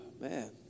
man